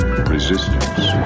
Resistance